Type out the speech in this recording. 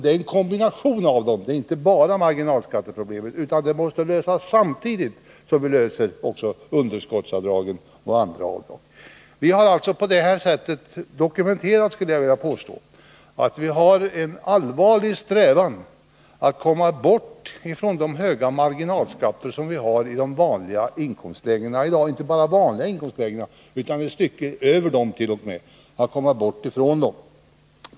Det gäller inte bara marginalskatterna, utan det problemet måste lösas samtidigt med frågan om underskottsavdragen och andra avdrag. Vi har alltså på det här sättet dokumenterat att vi har en allvarlig strävan att komma bort från de höga marginalskatterna i de vanliga inkomstlägena i dag, och det gäller inte bara i de vanliga inkomstlägena utan t.o.m. dem som ligger ett stycke över.